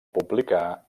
publicar